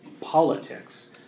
politics